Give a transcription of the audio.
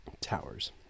towers